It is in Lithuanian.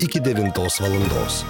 iki devintos valandos